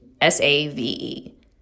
S-A-V-E